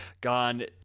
gone